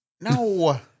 No